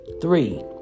three